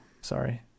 Sorry